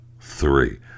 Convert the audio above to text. three